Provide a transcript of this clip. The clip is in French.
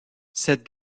cette